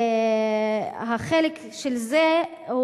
החלק של זה,